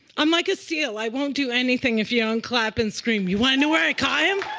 i'm like a seal. i won't do anything if you don't clap and scream. you want to know where i caught him?